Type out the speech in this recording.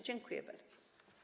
Dziękuję bardzo.